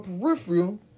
peripheral